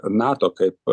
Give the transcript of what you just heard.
nato kaip